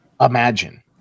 imagine